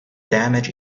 damage